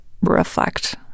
reflect